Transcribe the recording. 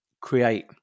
create